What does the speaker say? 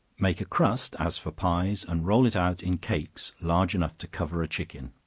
make a crust as for pies, and roll it out in cakes, large enough to cover a chicken.